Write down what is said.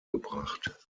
gebracht